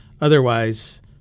Otherwise